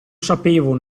sapevo